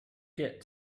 get